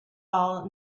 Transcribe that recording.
all